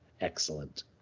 Excellent